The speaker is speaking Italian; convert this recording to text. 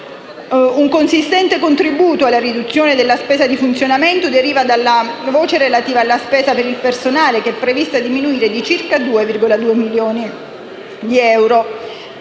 Un consistente contributo alla riduzione della spesa di funzionamento deriva dalla voce relativa alla spesa per il personale dipendente, che è prevista diminuire di circa 2,2 milioni di euro,